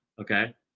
okay